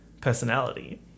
personality